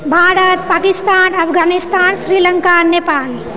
Bharat Pakistan Afghanistan Sri Lanka Nepal